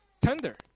tender